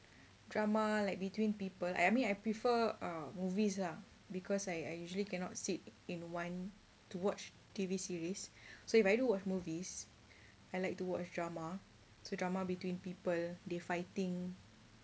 drama like between people I mean I prefer uh movies lah because I I usually cannot sit in one to watch T_V series so if I do watch movies I like to watch drama so drama between people they fighting